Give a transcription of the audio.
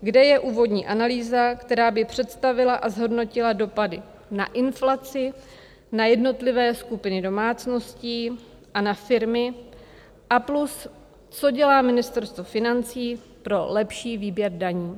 Kde je úvodní analýza, která by představila a zhodnotila dopady na inflaci, na jednotlivé skupiny domácností a na firmy a plus, co dělá Ministerstvo financí pro lepší výběr daní?